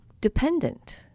dependent